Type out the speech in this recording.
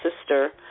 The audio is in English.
sister